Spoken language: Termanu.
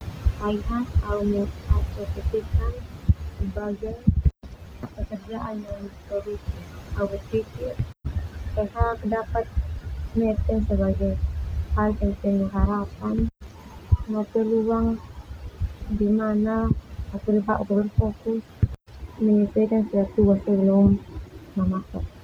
Fai hak, aku mengasosiasikan sebagai pekerjaan yang produktif. Au berpikir fai hak dapat fai hak meten sebagai faik yang penuh harapan no peluang dimana hatoli bauk ka menyelesaikan tugas tugas ah sebelum mamasok.